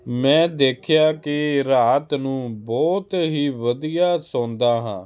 ਮੈਂ ਦੇਖਿਆ ਕਿ ਰਾਤ ਨੂੰ ਬਹੁਤ ਹੀ ਵਧੀਆ ਸੌਂਦਾ ਹਾਂ